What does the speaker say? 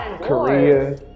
Korea